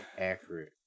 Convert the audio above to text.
Accurate